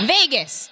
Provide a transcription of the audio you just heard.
Vegas